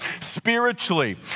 spiritually